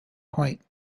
point